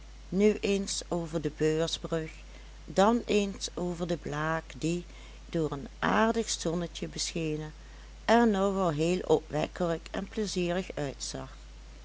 nu eens over de beursbrug dan eens over de blaak die door een aardig zonnetje beschenen er nog al heel opwekkelijk en pleizierig uitzag